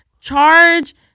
charge